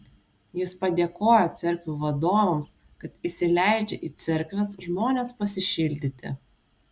jis padėkojo cerkvių vadovams kad įsileidžia į cerkves žmones pasišildyti